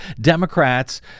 Democrats